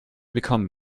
become